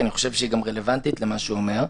כי אני חושב שהיא גם רלוונטית למה שהוא אומר.